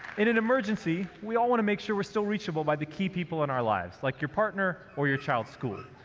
in an emergency, we all want to make sure we're still reachable by the key people in our lives, like your partner or your child's school.